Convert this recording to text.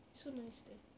so nice there